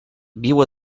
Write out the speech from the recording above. viu